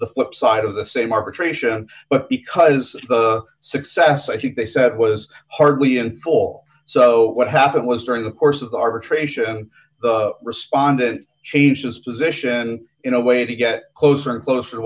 the flip side of the same arbitration but because of the success i think they said it was hardly in full so what happened was during the course of the arbitration the respondent changed his position in a way to get closer and closer to